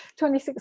26